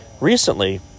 Recently